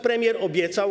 Premier obiecał.